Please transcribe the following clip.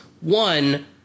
one